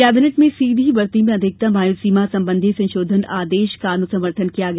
cabinet में सीधी भर्ती में अधिकतम आयु सीमा संबंधी संशोधन आदेश का अनुसमर्थन किया गया